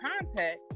context